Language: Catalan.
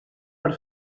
per